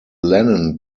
lennon